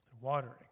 watering